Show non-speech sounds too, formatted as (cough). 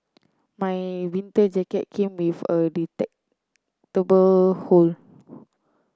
my winter jacket came with a (unintelligible) hood